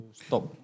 stop